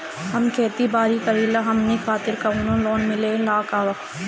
हम खेती बारी करिला हमनि खातिर कउनो लोन मिले ला का?